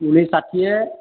kilo ଷାଠିଏ